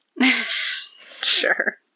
Sure